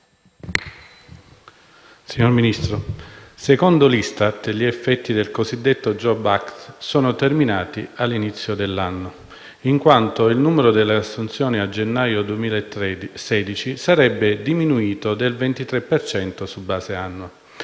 Signor Ministro, secondo l'ISTAT gli effetti del cosiddetto *jobs act* sono terminati all'inizio dell'anno, in quanto il numero delle assunzioni a gennaio 2016 sarebbe diminuito del 23 per cento su base annua.